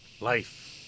Life